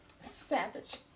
Savage